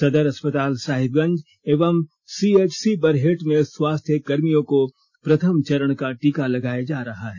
सदर अस्पताल साहिबगंज एवं सीएचसी बरहेट में स्वास्थ्य कर्मियों को प्रथम चरण का टीका लगाया जा रहा है